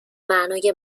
معنای